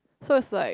so it's like